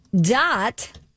dot